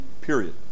Period